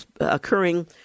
occurring